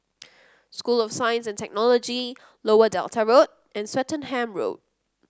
School of Science and Technology Lower Delta Road and Swettenham Road